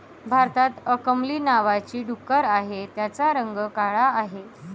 भारतात अंकमली नावाची डुकरं आहेत, त्यांचा रंग काळा आहे